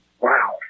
Wow